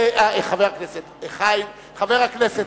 חבר הכנסת כץ,